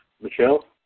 Michelle